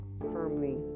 firmly